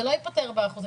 זה לא ייפתר עם האחוזים.